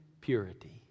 purity